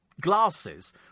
glasses